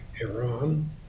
Iran